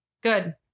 Good